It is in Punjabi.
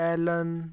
ਐਲਨ